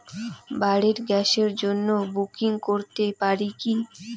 বাড়ির গ্যাসের জন্য বুকিং করতে পারি কি?